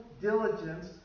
diligence